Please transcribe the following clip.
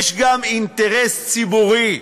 יש גם אינטרס ציבורי,